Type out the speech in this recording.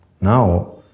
Now